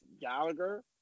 Gallagher